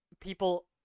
people